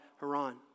Haran